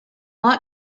lot